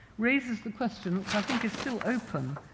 raises the question, which i think is still open,